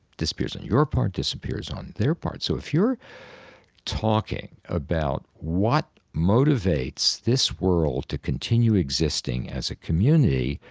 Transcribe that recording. disappears on your part, disappears on their part. so if you're talking about what motivates this world to continue existing as a community,